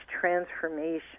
transformation